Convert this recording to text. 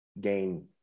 gain